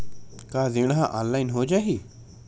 का ऋण ह ऑनलाइन हो जाही?